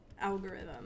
algorithm